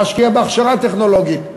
להשקיע בהכשרה טכנולוגית,